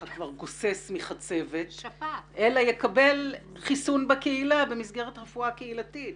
כבר גוסס מחצבת אלא יקבל חיסון בקהילה במסגרת רפואה קהילתית,